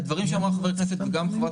הדברים שאמר חבר הכנסת סעדי וגם אמרה חברת